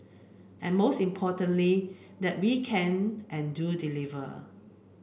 and most importantly that we can and do deliver